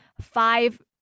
five